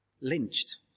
Lynched